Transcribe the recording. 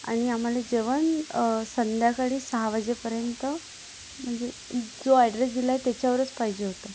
आणि आम्हाला जेवण संध्याकाळी सहा वाजेपर्यंत म्हणजे जो ॲड्रेस दिला आहे त्याच्यावरच पाहिजे होतं